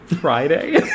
Friday